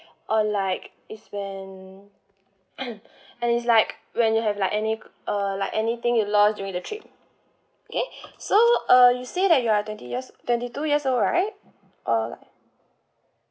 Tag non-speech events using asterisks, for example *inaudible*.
or like is when *noise* and is like when you have like any uh like anything you lost during the trip okay *breath* so uh you say that you're twenty years twenty two years old right or like